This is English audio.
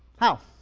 how?